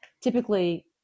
typically